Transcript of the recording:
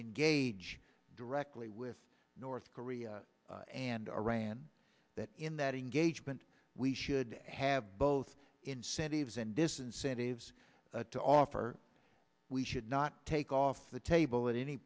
engage directly with north korea and iran that in that engagement we should have both incentives and disincentives to offer we should not take off the table at any